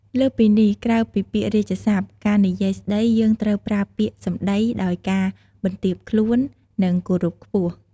លើសពីនេះក្រៅពីពាក្យរាជសព្ទ ការនិយាយស្តីយើងត្រូវប្រើពាក្យសំដីដោយការបន្ទាបខ្លួន និងគោរពខ្ពស់។